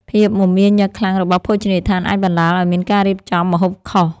ភាពមមាញឹកខ្លាំងរបស់ភោជនីយដ្ឋាន អាចបណ្ដាលឱ្យមានការរៀបចំម្ហូបខុស។